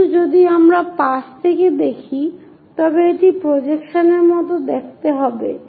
কিন্তু যদি আমরা পাশ থেকে দেখি তবে এটি প্রজেকশন এর মতো দেখতে হবে